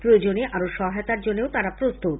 প্রয়োজনে আরও সহায়তার জন্য তারা প্রস্তুত